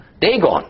Dagon